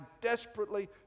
desperately